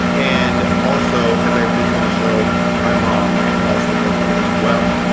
and also, as i mentioned the show, my mom had also gone through that as well.